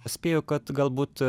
spėju kad galbūt